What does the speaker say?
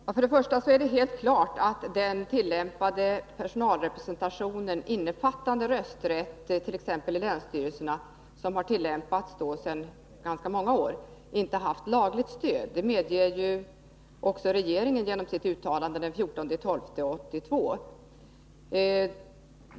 Herr talman! Först och främst är det helt klart att den personalrepresentation, innefattande rösträtt i t.ex. länsstyrelsen, som har tillämpats sedan ganska många år inte haft lagligt stöd. Det medger ju också regeringen genom sitt uttalande från den 14 december 1982.